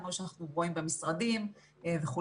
כמו שאנחנו רואים במשרדים וכו',